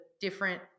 different